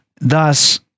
thus